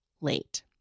late